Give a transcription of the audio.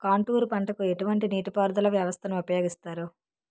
Contour పంటకు ఎటువంటి నీటిపారుదల వ్యవస్థను ఉపయోగిస్తారు?